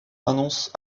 annonce